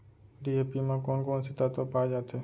DAP म कोन कोन से तत्व पाए जाथे?